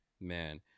man